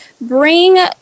bring